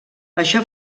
això